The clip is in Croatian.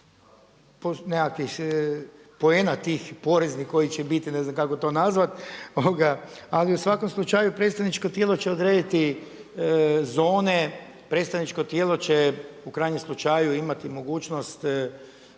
nekakvih poena tih poreznih koji će biti ne znam kako to nazvati ali u svakom slučaju predstavničko tijelo će odrediti zone, predstavničko tijelo će u krajnjem slučaju imati mogućnost